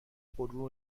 غرور